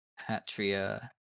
Hatria